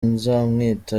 nzamwita